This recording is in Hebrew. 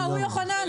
לא, הוא יוחננוף.